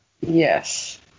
Yes